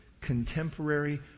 contemporary